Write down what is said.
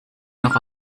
noch